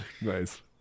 Nice